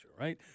right